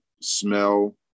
smell